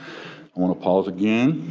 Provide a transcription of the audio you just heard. i wanna pause again